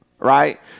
right